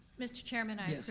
mr. chairman, i